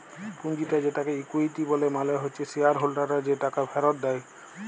পুঁজিটা যেটাকে ইকুইটি ব্যলে মালে হচ্যে শেয়ার হোল্ডাররা যে টাকা ফেরত দেয়